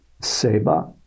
Seba